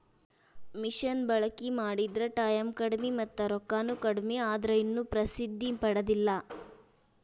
ಮಿಷನ ಬಳಕಿ ಮಾಡಿದ್ರ ಟಾಯಮ್ ಕಡಮಿ ಮತ್ತ ರೊಕ್ಕಾನು ಕಡಮಿ ಆದ್ರ ಇನ್ನು ಪ್ರಸಿದ್ದಿ ಪಡದಿಲ್ಲಾ